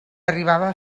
arribava